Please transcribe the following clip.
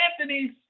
Anthony's